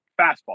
fastball